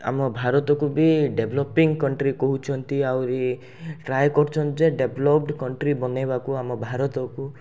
ଆମ ଭାରତକୁ ବି ଡେଭଲପିଙ୍ଗ୍ କଣ୍ଟ୍ରି୍ କହୁଛନ୍ତି ଆହୁରି ଟ୍ରାଏ କରୁଛନ୍ତି ଯେ ଡେଭଲପ୍ଡ଼୍ କଣ୍ଟ୍ରି୍ ବନେଇବାକୁ ଆମ ଭାରତକୁ